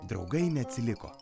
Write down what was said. draugai neatsiliko